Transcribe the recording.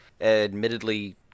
Admittedly